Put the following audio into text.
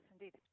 indeed